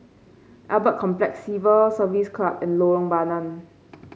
Albert Complex Civil Service Club and Lorong Bandang